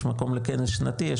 יש מקום לכנס שנתי,